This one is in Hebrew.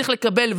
צריך לקבל,